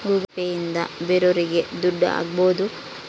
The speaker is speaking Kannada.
ಗೂಗಲ್ ಪೇ ಇಂದ ಬೇರೋರಿಗೆ ದುಡ್ಡು ಹಾಕ್ಬೋದು